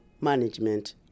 management